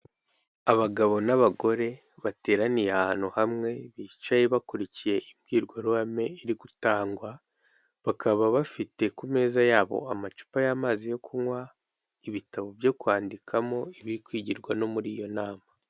Abagabo n'abagore bateraniye ahantu hamwe bicaye bakurikiye imbwirwaruhame iri gutangwa, bakaba bafite ku meza yabo amacupa y'amazi yo kunywa, ibitabo byo kwandikamo ibikwigirwa no muri iyo nama.